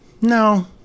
no